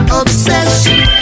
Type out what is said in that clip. obsession